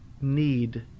need